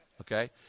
Okay